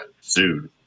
sued